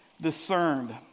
discerned